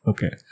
Okay